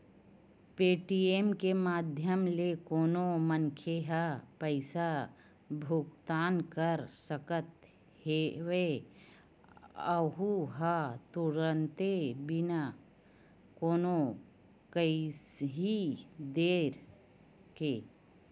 Paytm के माधियम ले कोनो मनखे ह पइसा भुगतान कर सकत हेए अहूँ ह तुरते बिना कोनो काइही देर के